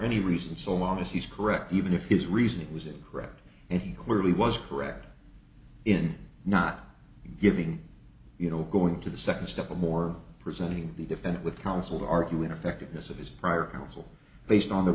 any reason so long as he's correct even if his reasoning was incorrect and he clearly was correct in not giving you know going to the second step more presenting the defendant with counsel to argue ineffectiveness of his prior counsel based on the